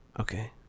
okay